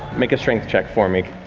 make a strength check for me.